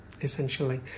essentially